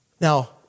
Now